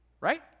right